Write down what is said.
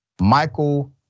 Michael